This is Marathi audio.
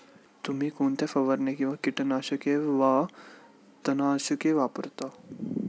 तुम्ही कोणत्या फवारण्या किंवा कीटकनाशके वा तणनाशके वापरता?